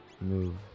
move